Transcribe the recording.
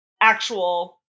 actual